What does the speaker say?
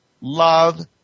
love